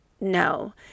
No